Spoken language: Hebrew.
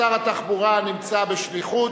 שמירת זכאות לביטוח בריאות לשוהים מחוץ לישראל),